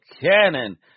Cannon